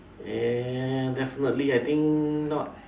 eh definitely I think not